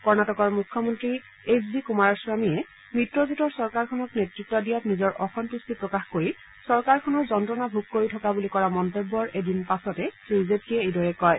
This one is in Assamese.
কৰ্ণাটকৰ মুখ্যমন্ত্ৰী এইছ ডি কুমাৰস্বামীয়ে মিত্ৰজোঁটৰ চৰকাৰখনক নেতৃত্ব দিয়াত নিজৰ অসম্ভট্টি প্ৰকাশ কৰি চৰকাৰখনৰ যন্ত্ৰণা ভোগ কৰি থকা বুলি কৰা মন্তব্যৰ এদিন পাছতে শ্ৰী জেটলীয়ে এইদৰে কয়